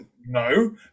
no